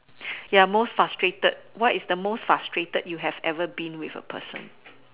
ya most frustrated what is the most frustrated you have ever been with a person